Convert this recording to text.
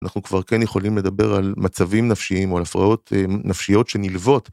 אנחנו כבר כן יכולים לדבר על מצבים נפשיים או על הפרעות נפשיות שנלוות.